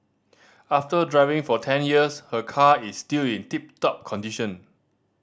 after driving for ten years her car is still in tip top condition